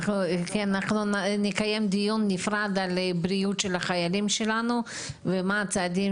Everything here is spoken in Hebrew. אנחנו נקיים דיון נפרד על בריאות החיילים שלנו ומה הצעדים